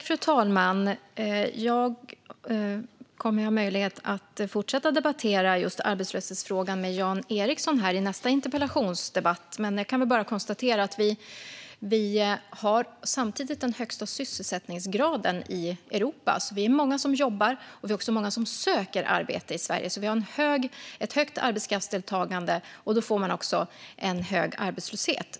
Fru talman! Jag kommer att ha möjlighet att fortsätta att debattera just arbetslöshetsfrågan med Jan Ericson i nästa interpellationsdebatt. Men jag kan konstatera att vi samtidigt har den högsta sysselsättningsgraden i Europa. Vi är många som jobbar, och vi har också många som söker arbete i Sverige. Vi har alltså ett högt arbetskraftsdeltagande, och då får man också en hög arbetslöshet.